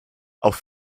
auf